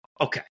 Okay